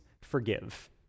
forgive